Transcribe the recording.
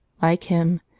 like him,